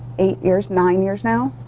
eight years, nine years now.